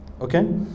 Okay